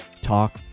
Talk